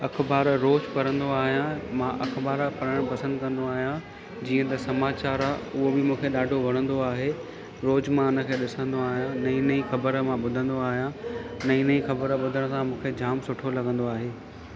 अख़बार रोज पढ़ंदो आहियां मां अख़बार पढ़णु पसंद कंदो आहियां जीअं त समाचार आ उहो बि मूंखे ॾाढो वणंदो आहे रोज़ु मां हुनखे ॾिसंदो आहियां नई नई ख़बर मां ॿुधंदो आहियां नई नई ख़बर ॿुधण सां मूंखे जाम सुठो लॻंदो आहे